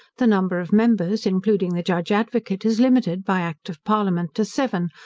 the number of members, including the judge advocate, is limited, by act of parliament, to seven,